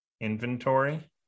inventory